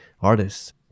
artists